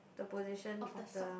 the position of the